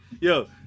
Yo